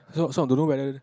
so so I don't know whether